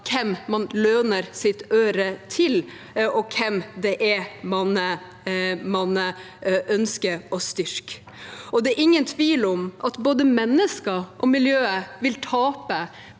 hvem man låner sitt øre til, og hvem man ønsker å styrke. Det er ingen tvil om at både mennesker og miljøet vil tape